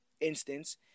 instance